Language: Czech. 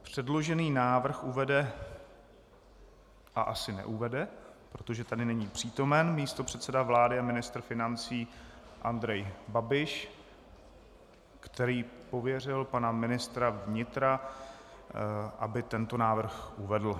Předložený návrh uvede a asi neuvede, protože není přítomen místopředseda vlády a ministr financí Andrej Babiš, který pověřil pana ministra vnitra, aby tento návrh uvedl.